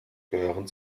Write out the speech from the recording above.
gehören